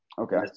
Okay